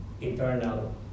eternal